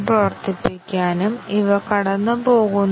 പ്രോഗ്രാമിലെ പാത്തുകൾ ഞങ്ങൾ അബോധപൂർവ്വം കടന്നുപോകുന്നു